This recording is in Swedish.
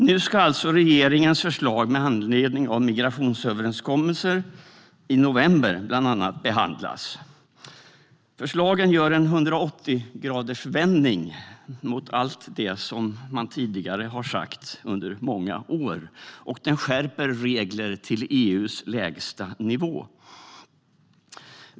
Nu ska alltså regeringens förslag med anledning av bland annat migrationsöverenskommelsen i november behandlas. Förslagen innebär en 180gradersvändning mot allt det som man tidigare har sagt under många år och en skärpning av reglerna till EU:s lägsta nivå.